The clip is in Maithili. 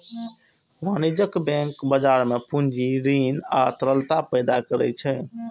वाणिज्यिक बैंक बाजार मे पूंजी, ऋण आ तरलता पैदा करै छै